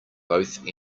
both